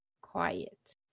quiet